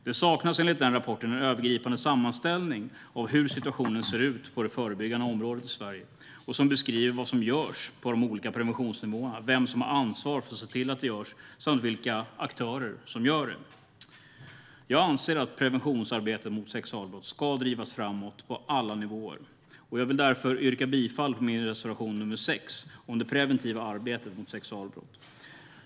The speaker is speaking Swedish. Det saknas enligt rapporten en övergripande sammanställning av hur situationen ser ut på det förebyggande området i Sverige och en beskrivning av vad som görs på de olika preventionsnivåerna, vem som har ansvar för att se till att det görs samt vilka aktörer som gör det. Jag anser att preventionsarbetet mot sexualbrott ska drivas framåt på alla nivåer. Jag vill därför yrka bifall till min reservation nr 6 om det preventiva arbetet mot sexualbrott.